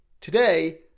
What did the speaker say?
today